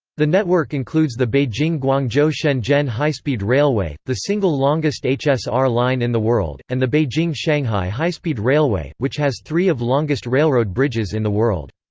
the network includes the beijing-guangzhou-shenzhen high-speed railway, the single longest hsr line in the world, and the beijing-shanghai high-speed railway, which has three of longest railroad bridges in the world.